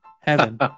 heaven